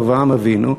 אברהם אבינו,